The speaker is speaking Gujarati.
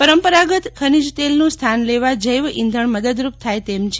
પરંપરાગત ખનીજ તેલનું સ્થાન લેવા જૈવ ઈંધણ મદદરૂપ થાય તેમ છે